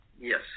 Yes